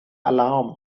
alarm